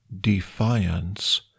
defiance